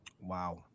Wow